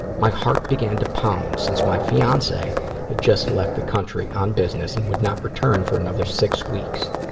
my heart began to pound, since my fiance had just left the country on business and would not return for another six weeks.